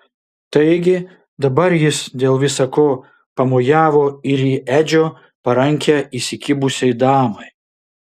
taigi dabar jis dėl visa ko pamojavo ir į edžio parankę įsikibusiai damai